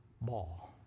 Ball